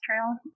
Trail